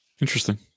interesting